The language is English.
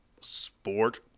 sport